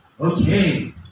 Okay